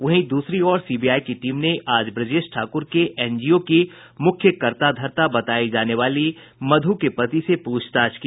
वहीं दूसरी ओर सीबीआई की टीम ने आज ब्रजेश ठाकुर के एनजीओ की मुख्य कर्ताधर्ता बतायी जाने वाली मधु के पति से पूछताछ की